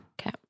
Okay